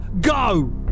Go